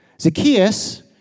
Zacchaeus